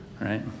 right